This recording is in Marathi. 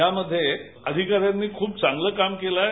यामध्ये अधिकाऱ्यांनी खुप चांगल काम केलं आहे